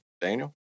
Daniel